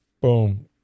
boom